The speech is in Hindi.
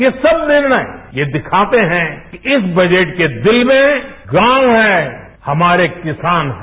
ये सब निर्णय ये दिखाते हैं कि इस बजट के दिल में गांव है हमारे किसान हैं